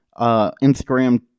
Instagram